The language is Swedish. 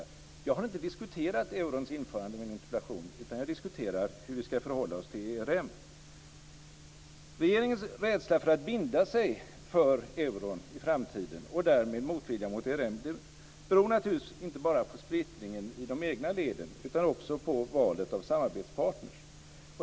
I min interpellation har jag inte diskuterat eurons införande, utan jag diskuterar hur vi ska förhålla oss till ERM. Regeringens rädsla för att binda sig för euron i framtiden och därmed motviljan mot ERM beror naturligtvis inte bara på splittringen i de egna leden, utan också på valet av samarbetspartner.